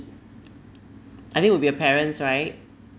I think would be a parents right